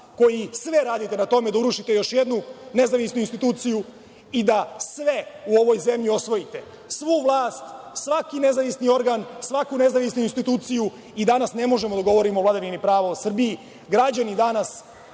koji sve radite na tome da urušite još jednu nezavisnu instituciju i da sve u ovoj zemlji osvojite, svu vlast, svaki nezavisni organ, svaku nezavisnu instituciju i danas ne možemo da govorimo o vladavini prava u Srbiji. Građani danas